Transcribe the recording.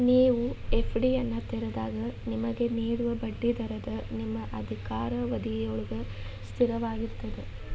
ನೇವು ಎ.ಫ್ಡಿಯನ್ನು ತೆರೆದಾಗ ನಿಮಗೆ ನೇಡುವ ಬಡ್ಡಿ ದರವ ನಿಮ್ಮ ಅಧಿಕಾರಾವಧಿಯೊಳ್ಗ ಸ್ಥಿರವಾಗಿರ್ತದ